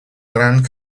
grand